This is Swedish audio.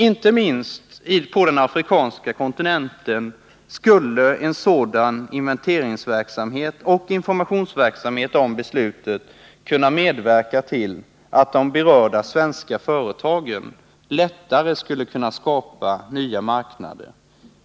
Inte minst på den afrikanska kontinenten skulle en sådan inventering och en informatonsverksamhet om beslutet kunna medverka till att de berörda svenska företagen lättare skulle kunna skapa nya marknader.